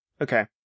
Okay